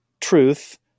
truth